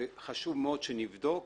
וחשוב מאוד שנבדוק